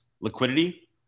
liquidity